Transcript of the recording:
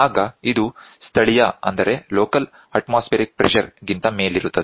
ಆಗ ಇದು ಸ್ಥಳೀಯ ಅತ್ಮೋಸ್ಫೇರಿಕ್ ಪ್ರೆಷರ್ ಗಿಂತ ಮೇಲಿರುತ್ತದೆ